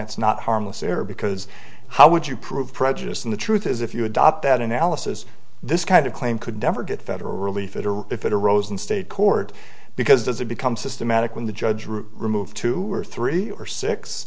it's not harmless error because how would you prove prejudiced in the truth is if you adopt that analysis this kind of claim could never get federal relief it or if it arose in state court because does it become systematic when the judge ruled remove two or three or six